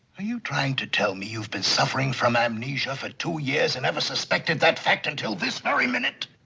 are you trying to tell me you've been suffering from amnesia for two years and never suspected that fact until this very minute?